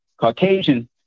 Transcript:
Caucasian